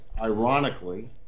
ironically